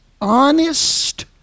honest